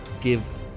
give